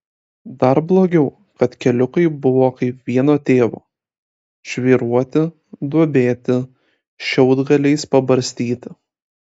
dar blogiau kad keliukai buvo kaip vieno tėvo žvyruoti duobėti šiaudgaliais pabarstyti